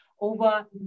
over